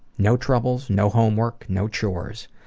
no troubles, no homework, no chores.